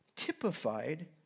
typified